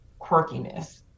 quirkiness